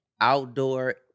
outdoor